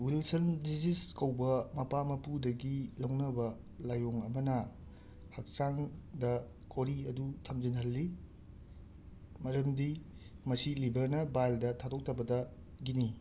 Wilson ꯗꯤꯖꯤꯁ ꯀꯧꯕ ꯃꯄꯥ ꯃꯄꯨꯗꯒꯤ ꯂꯧꯅꯕ ꯂꯥꯌꯣꯡ ꯑꯃꯅ ꯍꯛꯆꯥꯡꯗ ꯀꯣꯔꯤ ꯑꯗꯨ ꯊꯝꯖꯤꯟꯍꯜꯂꯤ ꯃꯔꯝꯗꯤ ꯃꯁꯤ ꯂꯤꯕꯔꯅ ꯕꯥꯏꯜꯗ ꯊꯥꯗꯣꯛꯇꯕꯗꯒꯤꯅꯤ